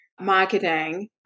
marketing